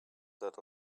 that